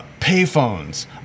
payphones